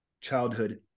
childhood